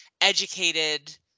educated